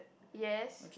yes